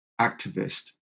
activist